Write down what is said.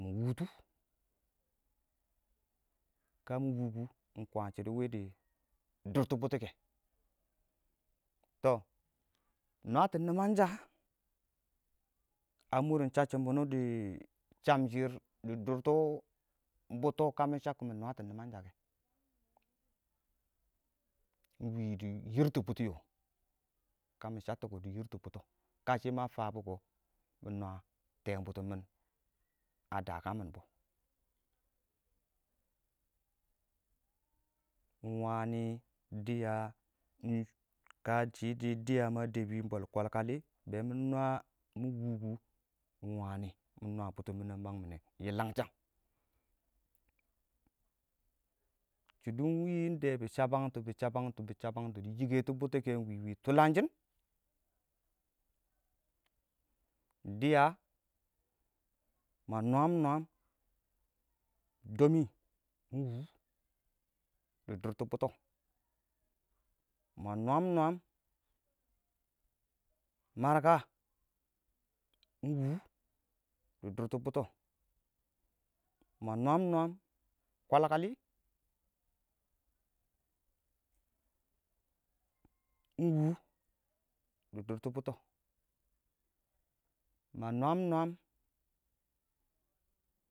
mɪ wʊʊtʊ kə mɪ wʊʊ kʊ ingkwaan shɪidɛ wɪdɪ dʊtɔ bʊtɔ kɛ tɔ nwaatɔ nimangsha a mʊrrʊn shasshim wuni dɪ shamshɪr dɪ dʊtɔ bʊtɔ kə mɪ shabkɔ mɪ nwaatɔ nimangsha kɛ ingwi dɪ yiirtʊ bʊtɔ yo kamɪ shabtɔ dɪ yiirtʊ bʊtɔ kashɪ ma fabɔ kɔ minwaa tɛn bʊtɔ mɪn a daka mɪn bɔ ingwani dɪya kashɪ shɪ dɪya ma dəbin bwe kwalkwalikɔ mɪ nwaa mɪ nwaa bʊtɔ mɪn a mang mɪne yɪlangsha shang, shɪidɛ winda bɪ shabangtɔ dɪ yik5tʊ bʊtɔ kɛ ingwiwi tʊlangshin, dɪya ma nwaam nwaam, domi ingwu dɪ dʊrtɔ bʊtɔ ma nwaam nwaam marka ingwin dɪ dʊrtɔ bʊtɔ, ma nwaam nwaam kwalkwal iɪng, wʊ dɪ dʊrtɔ bʊtɔ ma nwaam nwaam